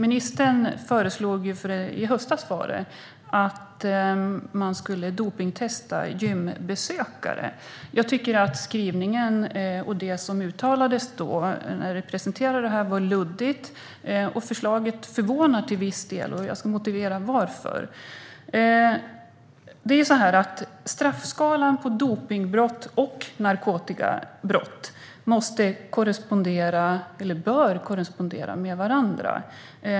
I höstas föreslog statsrådet att man skulle dopningstesta gymbesökare. Jag tycker att skrivningen och det som uttalades när det presenterades var luddiga. Förslaget förvånar till viss del. Jag ska motivera varför. Straffskalorna för dopningsbrott och narkotikabrott bör korrespondera.